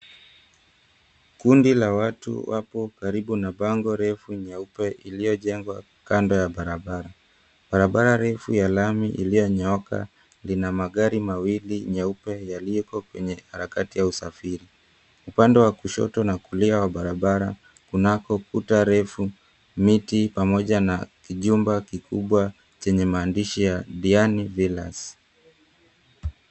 Kundi la watu wapo karibu na bango refu, nyeupe iliyojengwa kando ya barabara. Barabara refu ya lami iliyonyooka, lina magari mawili nyeupe, yaliyoko kwenye harakati ya usafiri. Upande wa kushoto na kulia wa barabara, kunako kuta refu, miti, pamoja na kijumba kikubwa chenye maandishi ya, "Diani Villas".